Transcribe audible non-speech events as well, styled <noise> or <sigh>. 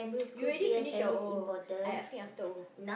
<noise> you already finish your O I asking after O